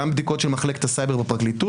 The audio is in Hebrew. גם בדיקות של מחלקת הסייבר בפרקליטות